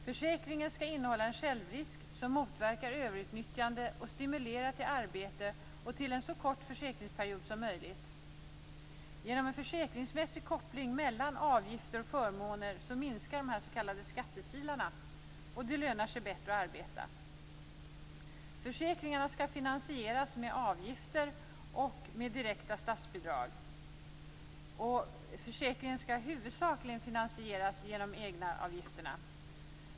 Försäkringen skall innehålla en självrisk som motverkar överutnyttjande och stimulerar till arbete och till en så kort försäkringsperiod som möjligt. Genom en försäkringsmässig koppling mellan avgifter och förmåner minskar de s.k. skattekilarna, och det lönar sig bättre att arbeta. Försäkringen skall finansieras med avgifter och med direkta statsbidrag. Försäkringen skall huvudsakligen finansieras genom egenavgifterna.